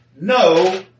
No